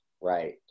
right